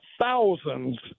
thousands